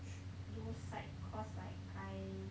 cho~ do psych cause like I